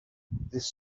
this